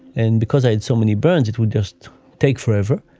and because i had so many burns, it would just take forever.